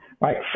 right